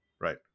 right